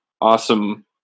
awesome